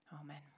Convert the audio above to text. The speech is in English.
Amen